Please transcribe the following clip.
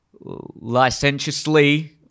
licentiously